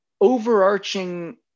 overarching